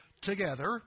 together